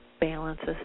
balances